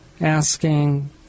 asking